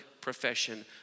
profession